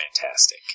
fantastic